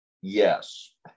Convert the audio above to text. yes